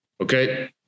Okay